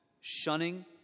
shunning